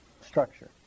structure